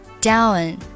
down